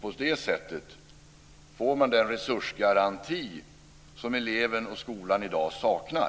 På det sättet får man den resursgaranti som eleven och skolan i dag saknar.